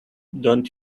don’t